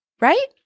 right